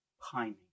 pining